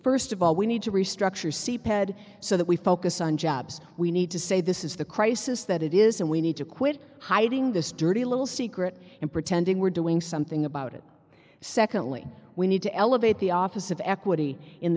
first of all we need to restructure c pead so that we focus on jobs we need to say this is the crisis that it is and we need to quit hiding this dirty little secret and pretending we're doing something about it secondly we need to elevate the office of equity in